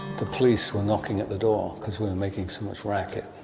the police were knocking at the door cause we were making so much racket.